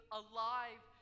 alive